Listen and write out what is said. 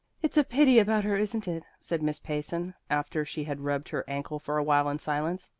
it's a pity about her, isn't it? said miss payson, after she had rubbed her ankle for a while in silence.